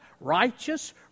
righteous